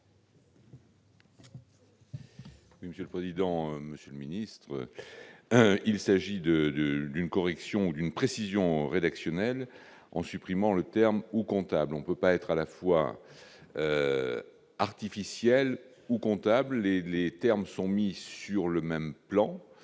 Monsieur le président, Monsieur le ministre, il s'agit de, de, d'une correction d'une précision rédactionnelle en supprimant le terme comptable,